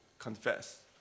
confess